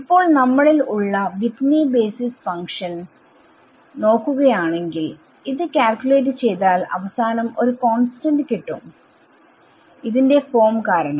ഇപ്പോൾ നമ്മളിൽ ഉള്ള വിറ്റ്നി ബേസിസ് ഫങ്ക്ഷൻസ് നോക്കുകയാണെങ്കിൽ കാൽക്യൂലേറ്റ് ചെയ്താൽ അവസാനം ഒരു കോൺസ്റ്റന്റ്കിട്ടും ന്റെ ഫോം കാരണം